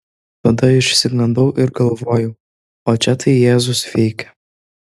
tada išsigandau ir galvojau o čia tai jėzus veikia